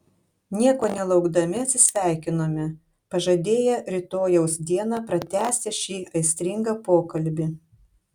nieko nelaukdami atsisveikinome pažadėję rytojaus dieną pratęsti šį aistringą pokalbį